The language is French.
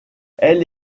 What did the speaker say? elle